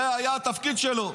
זה היה התפקיד שלו,